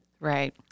Right